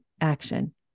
action